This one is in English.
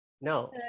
no